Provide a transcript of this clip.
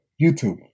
YouTube